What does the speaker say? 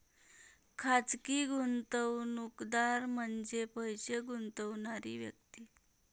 खाजगी गुंतवणूकदार म्हणजे पैसे गुंतवणारी व्यक्ती